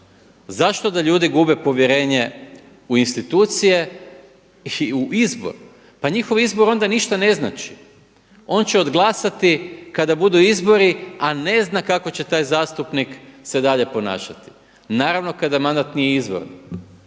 Zašto da ljudi gube povjerenje u institucije i u izbor. Pa njihov izbor onda ništa ne znači. On će odglasati kada budu izbori a ne zna kako će taj zastupnik se dalje ponašati. Naravno kada mandat nije izvor.